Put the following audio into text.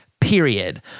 period